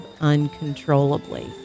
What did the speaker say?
uncontrollably